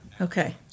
Okay